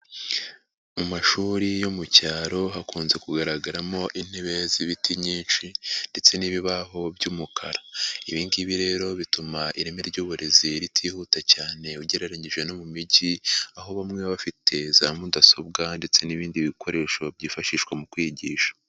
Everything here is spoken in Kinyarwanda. Mu mashuri yo mu cyaro hakunze kugaragaramo intebe z'ibiti nyinshi ndetse n'ibibaho by'umukara, ibingibi rero bituma ireme ry'uburezi ritihuta cyane ugereranyije no mu mijyi aho bamwe baba bafite za mudasobwa ndetse n'ibindi bikoresho byifashishwa mu kwigisha.